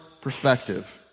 perspective